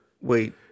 wait